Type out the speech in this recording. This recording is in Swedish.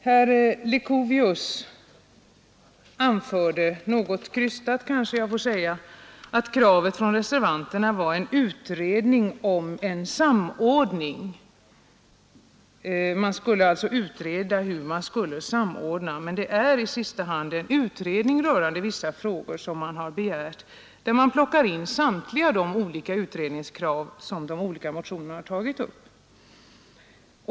Herr Leuchovius anförde — något krystat, kanske jag får säga — att kravet från reservanterna gällde en utredning om en samordning. Man skulle alltså utreda hur man skall samordna de olika insatserna. Men det är i sista hand en utredning rörande vissa frågor som man har begärt; man plockar i reservationen in alla de utredningskrav som framförts i de olika motionerna.